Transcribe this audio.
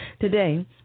Today